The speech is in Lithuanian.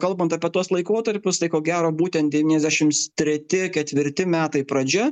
kalbant apie tuos laikotarpius tai ko gero būtent devyniasdešims treti ketvirti metai pradžia